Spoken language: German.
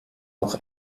noch